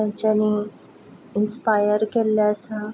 तांच्यानी इनस्पायर केल्लें आसा